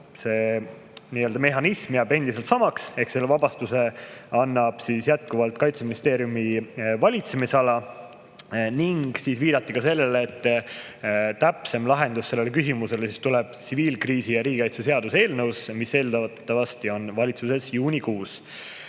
see mehhanism jääb endiselt samaks ehk selle vabastuse annab jätkuvalt Kaitseministeeriumi valitsemisala. Viidati ka sellele, et täpsem lahendus sellele küsimusele tuleb tsiviilkriisi ja riigikaitse seaduse eelnõus, mis eeldatavasti on valitsuses juunikuus.